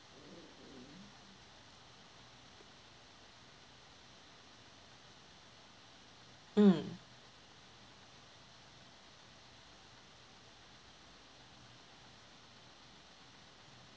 mm